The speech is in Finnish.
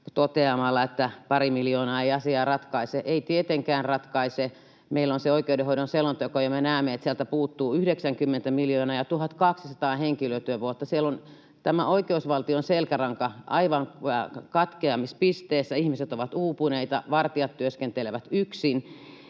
toteamalla, että pari miljoonaa ei asiaa ratkaise. Ei tietenkään ratkaise. Meillä on se oikeudenhoidon selonteko, ja me näemme, että sieltä puuttuu 90 miljoonaa ja 1 200 henkilötyövuotta. Siellä on tämä oikeusvaltion selkäranka aivan katkeamispisteessä. Ihmiset ovat uupuneita. Vartijat työskentelevät yksin.